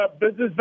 business